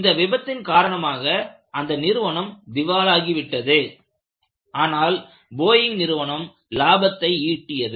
இந்த விபத்தின் காரணமாக அந்த நிறுவனம் திவாலாகி விட்டது ஆனால் போயிங் நிறுவனம் லாபத்தை ஈட்டியது